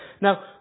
Now